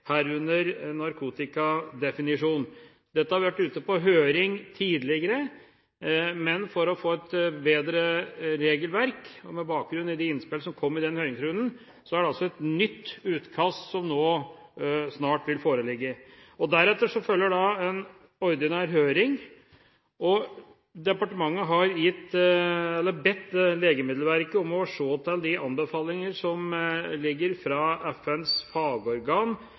herunder en narkotikadefinisjon. Dette har vært ute på høring tidligere, men for å få et bedre regelverk, og med bakgrunn i de innspill som kom i den høringsrunden, er det et nytt utkast som nå snart vil foreligge. Deretter følger en ordinær høring. Departementet har bedt Legemiddelverket om å se til de anbefalinger som ligger fra FNs fagorgan